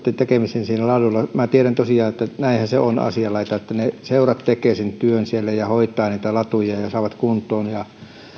tekemiseen siellä ladulla minä tiedän tosiaan että näinhän on asian laita että seurat tekevät sen työn siellä ja hoitavat niitä latuja ja saavat kuntoon ja